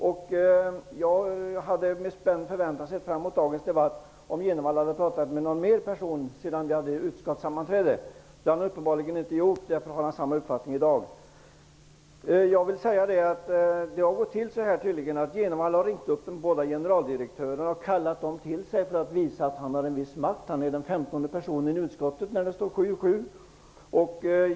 Jag hade med spänd förväntan sett fram emot dagens debatt om Jenevall hade talat med ytterligare någon person sedan utskottssammanträdet. Men det har han tydligen inte gjort, och därför har han samma uppfattning i dag. Bo Jenevall har tydligen ringt upp de båda generaldirektörerna och kallat dem till sig för att visa att han har en viss makt -- han är ju den 15:e personen i utskottet när det står 7--7.